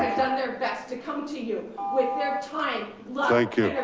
done their best to come to you with their time thank you.